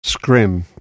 scrim